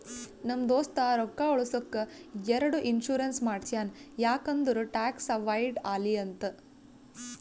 ನಮ್ ದೋಸ್ತ ರೊಕ್ಕಾ ಉಳುಸ್ಲಕ್ ಎರಡು ಇನ್ಸೂರೆನ್ಸ್ ಮಾಡ್ಸ್ಯಾನ್ ಯಾಕ್ ಅಂದುರ್ ಟ್ಯಾಕ್ಸ್ ಅವೈಡ್ ಆಲಿ ಅಂತ್